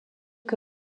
que